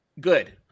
Good